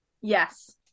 Yes